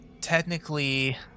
Technically